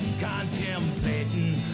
contemplating